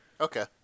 Okay